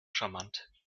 charmant